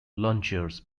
launchers